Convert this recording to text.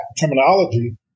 terminology